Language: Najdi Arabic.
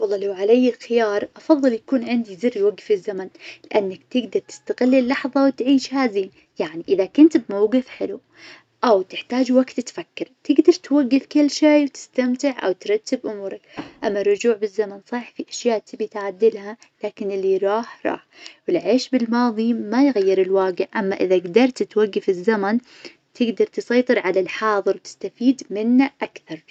والله لو علي الخيار أفظل يكون عندي زر يوقف الزمن لإنك تقدر تستغل اللحظة وتعيشها زين يعني إذا كنت بموقف حلو أو تحتاج وقت تفكر تقدر توقف كل شي وتستمتع أو ترتب أمورك. أما الرجوع بالزمن صح في أشياء تبي تعدلها لكن اللي راح راح، والعيش بالماظي ما يغير الواقع أما إذا قدرت توقف الزمن تقدر تسيطر على الحاضر وتستفيد منه أكثر.